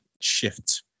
shift